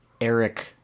Eric